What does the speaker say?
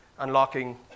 unlocking